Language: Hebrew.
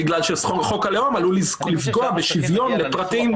בגלל שחוק הלאום עלול לפגוע בשוויון לפרטים,